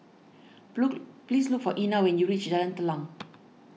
please look for Ena when you reach Jalan Telang